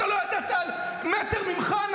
אתה לא ידעת על מטר ממך.